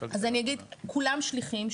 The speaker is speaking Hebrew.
כולם שליחים.